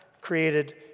created